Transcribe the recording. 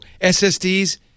SSDs